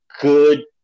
good